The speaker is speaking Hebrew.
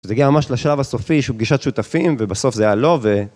וזה הגיע ממש לשלב הסופי, שהוא פגישת שותפים, ובסוף זה היה לא, ו...